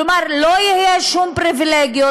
כלומר לא יהיו שום פריבילגיות,